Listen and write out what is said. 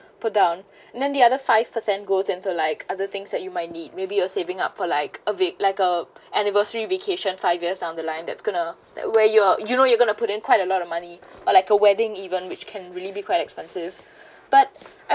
put down and then the other five percent goes into like other things that you might need maybe you're saving up for like a bit like a anniversary vacation five years down the line that's going to that where you're you know you're going to put in quite a lot of money or like a wedding even which can really be quite expensive but